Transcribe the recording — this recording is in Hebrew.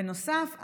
בנוסף,